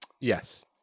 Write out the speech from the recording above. Yes